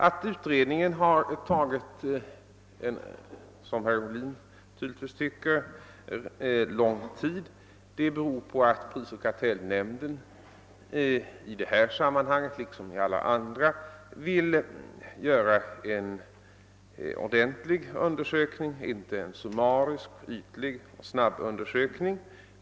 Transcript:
Att utredningen har tagit — som herr Ohlin tydligtvis tycker — lång tid beror på att prisoch kortellnämnden i detta liksom i alla andra sammanhang vill göra en ordentlig undersökning — inte en summarisk, ytlig snabbundersökning.